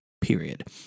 Period